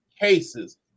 cases